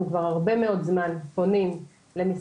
אנחנו כבר הרבה מאוד זמן פונים למשרד